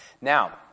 Now